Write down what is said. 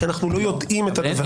כי אנחנו לא יודעים את הדבר הזה.